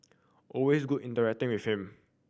always good interacting with him